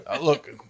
Look